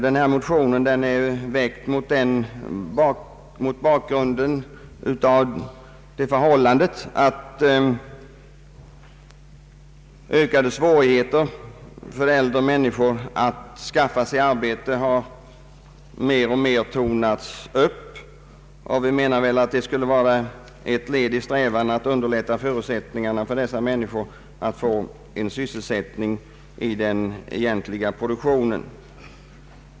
Denna motion är väckt mot bakgrund av det förhållandet att ökade svårigheter för äldre människor att skaffa sig arbete mer och mer tornats upp. Vi menar att ett bifall till motionen skulle vara ett led i en strävan att underlätta förutsättningarna för dessa människor att få sysselsättning i den egentliga produktionen.